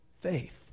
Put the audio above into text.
faith